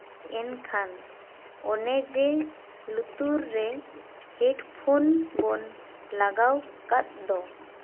ᱮᱱᱠᱷᱟᱱ ᱚᱱᱮ ᱡᱮ ᱞᱩᱛᱩᱨ ᱨᱮ ᱦᱮᱰ ᱯᱷᱳᱱ ᱵᱚᱱ ᱞᱟᱜᱟᱣ ᱠᱟᱜ ᱫᱚ